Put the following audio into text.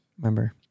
Remember